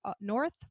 North